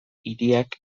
hiriak